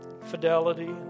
fidelity